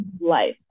life